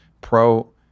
pro